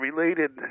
Related